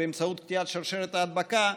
באמצעות קטיעת שרשרת ההדבקה,